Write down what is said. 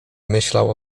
myślał